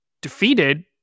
defeated